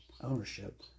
ownership